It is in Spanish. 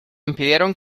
impidieron